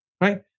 Right